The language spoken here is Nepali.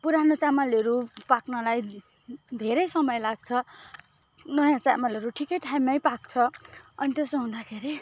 पुरानो चामलहरू पाक्नलाई धेरै समय लाग्छ नयाँ चामलहरू ठिकै टाइममै पाक्छ अनि त्यसो हुँदाखेरि